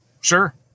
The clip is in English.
Sure